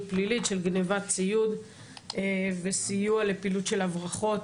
פלילית של גניבת ציוד וסיוע לפעילות של הברחות.